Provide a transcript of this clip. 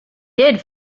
did